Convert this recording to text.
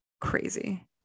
crazy